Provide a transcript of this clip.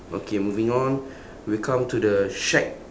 okay moving on we come to the shack